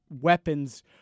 weapons